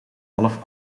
half